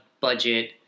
budget